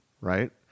right